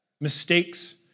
mistakes